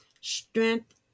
strength